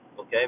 okay